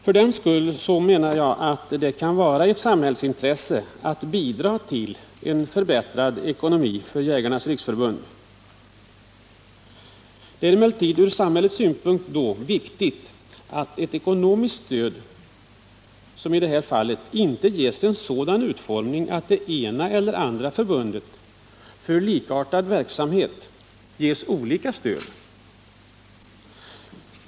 För den skull, menar jag, kan det vara ett samhällsintresse att bidra till en förbättrad ekonomi för Jägarnas riksförbund. Det är emellertid ur samhällets synpunkt då viktigt att ett ekonomiskt stöd i det här fallet inte får en sådan utformning att det ena eller andra förbundet för likartad verksamhet ges olika stöd.